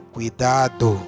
Cuidado